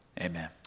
Amen